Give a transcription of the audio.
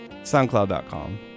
SoundCloud.com